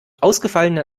ausgefallenen